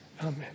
Amen